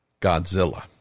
Godzilla